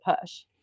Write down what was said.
push